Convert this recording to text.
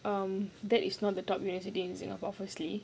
um that is not the top university in singapore firstly